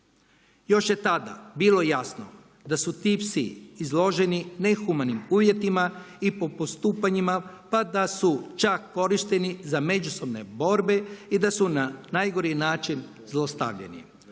Još je tada bilo jasno da su ti psi izloženi nehumanim uvjetima i po postupanjima pa da su čak korišteni za međusobne borbe i da su na najgori način zlostavljani.